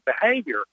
behavior